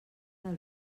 del